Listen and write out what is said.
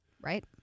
Right